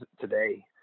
today